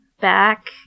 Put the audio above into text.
back